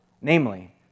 namely